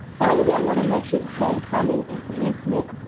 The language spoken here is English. finally, i want to mention homecoming and commencement.